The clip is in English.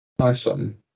Awesome